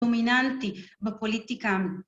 ‫דומיננטי בפוליטיקה